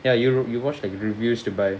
ya europe you watch the reviews to buy